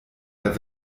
der